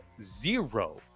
zero